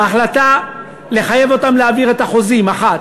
ההחלטה לחייב אותם להעביר את החוזים, אחת,